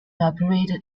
operated